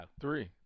Three